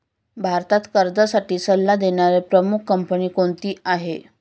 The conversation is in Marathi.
भारतात कर्जासाठी सल्ला देणारी प्रमुख कंपनी कोणती आहे?